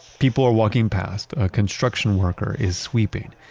people are walking past, a construction worker is sweeping,